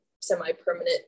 semi-permanent